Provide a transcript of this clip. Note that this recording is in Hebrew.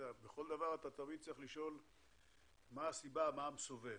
בכל דבר צריך תמיד לשאול מה הסיבה ומה המסובב.